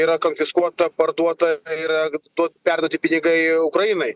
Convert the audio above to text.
yra konfiskuota parduota yra duot perduoti pinigai ukrainai